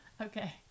Okay